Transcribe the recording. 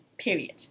Period